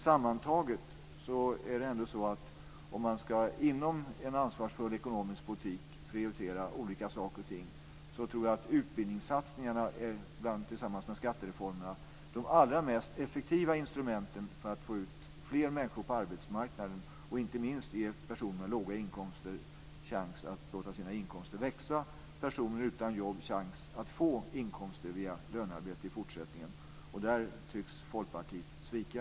Sammantaget är det ändå så: Om man inom en ansvarsfull ekonomisk politik ska prioritera olika saker tror jag att utbildningssatsningarna, tillsammans med skattereformerna, är de allra mest effektiva instrumenten för att få ut fler människor på arbetsmarknaden och inte minst ge personer med låga inkomster chans att låta sina inkomster växa och personer utan jobb chans att få inkomster via lönearbete i fortsättningen. Där tycks Folkpartiet svika.